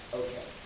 okay